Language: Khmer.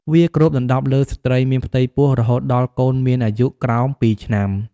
វាគ្របដណ្តប់លើស្ត្រីមានផ្ទៃពោះ រហូតដល់កូនមានអាយុក្រោម២ឆ្នាំ។